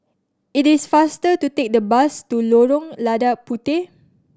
it is faster to take the bus to Lorong Lada Puteh